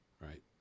right